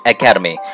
Academy